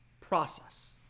process